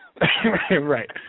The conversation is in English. Right